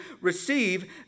receive